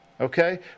Okay